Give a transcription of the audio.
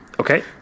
Okay